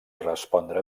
respondre